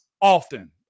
often